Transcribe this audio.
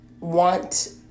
want